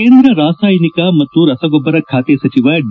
ಕೇಂದ್ರ ರಾಸಾಯನಿಕ ಮತ್ತು ರಸಗೊಬ್ಬರ ಖಾತೆ ಸಚಿವ ಡಿ